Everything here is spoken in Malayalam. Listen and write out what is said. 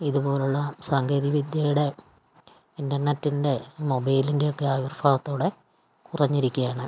ഇതുപോലുള്ള സാങ്കേതികവിദ്യയുടെ ഇൻ്റർനെറ്റിൻ്റെ മൊബൈലിൻ്റെ ഒക്കെ ആവിർഭാവത്തോടെ കുറഞ്ഞിരിക്കുകയാണ്